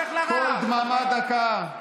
קול דממה דקה.